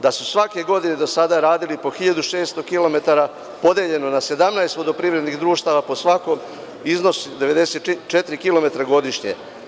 Da su svake godine do sada radili po 1.600 kilometara podeljeno na 17 vodoprivrednih društava po svakom iznosi 94 kilometara godišnje.